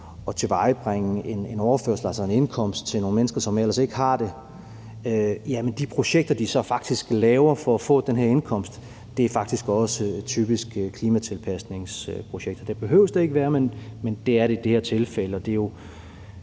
at tilvejebringe en overførsel, altså en indkomst, til nogle mennesker, som ellers ikke har det, og som de så faktisk laver for at få den højere indkomst, faktisk også typisk er klimatilpasningsprojekter. Det behøver det ikke være, men det er det i det her tilfælde.